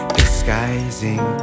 disguising